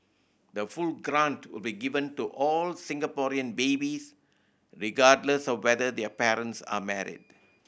the full grant will be given to all Singaporean babies regardless of whether their parents are married